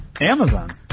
amazon